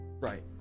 Right